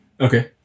Okay